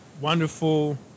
wonderful